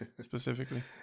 specifically